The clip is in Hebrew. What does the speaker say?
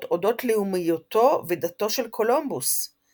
אודות לאומיותו ודתו של קולומבוס ,